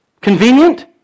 Convenient